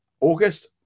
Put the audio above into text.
August